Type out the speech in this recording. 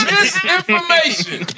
Misinformation